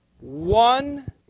one